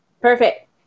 Perfect